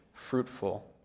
fruitful